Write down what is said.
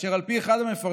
כאשר על פי אחד המפרשים,